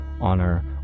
honor